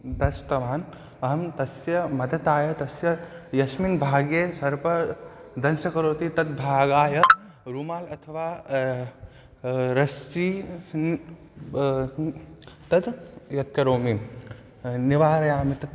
दष्टवान् अहं तस्य मदताय तस्य यस्मिन् भागे सर्पः दंशं करोति तद्भागाय रूमाल् अथवा रस्सी तत् यत्करोमि निवारयामि तत्